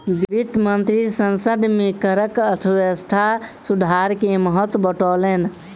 वित्त मंत्री संसद में करक अर्थव्यवस्था सुधार के महत्त्व बतौलैन